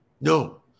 no